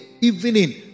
evening